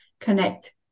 connect